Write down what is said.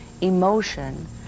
emotion